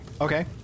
Okay